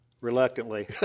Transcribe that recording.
Reluctantly